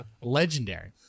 legendary